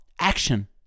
action